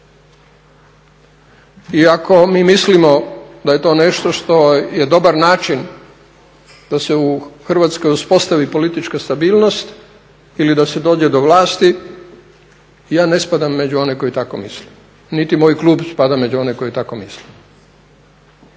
I ako mi mislimo da je to nešto što je dobar način da se u Hrvatskoj uspostavi politička stabilnost ili da se dođe do vlasti, ja ne spadam među one koji tako misle niti moj klub spada među one koji tako misle.